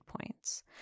points